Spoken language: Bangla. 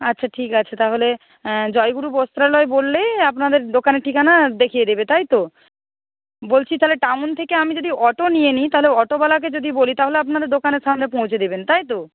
আচ্ছা ঠিক আছে তাহলে জয়গুরু বস্ত্রালয় বললেই আপনাদের দোকানের ঠিকানা দেখিয়ে দেবে তাই তো বলছি তাহলে টাউন থেকে আমি যদি অটো নিয়ে নিই তাহলে অটোওয়ালাকে যদি বলি তাহলে আপনাদের দোকানের সামনে পৌঁছে দেবেন তাই তো